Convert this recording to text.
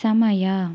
ಸಮಯ